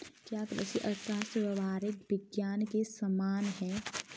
क्या कृषि अर्थशास्त्र व्यावहारिक विज्ञान के समान है?